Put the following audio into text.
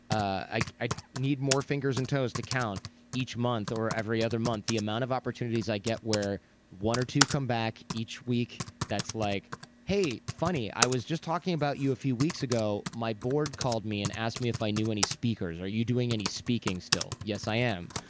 i i need more fingers and toes to count each month or every other month the amount of opportunities i get where one or two come back each week that's like hey. funny, i was just talking about you a few weeks ago. my board called me and asked me if i knew any speakers. are you doing any speaking still? yes, i am.